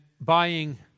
buying